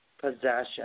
possession